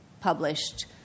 published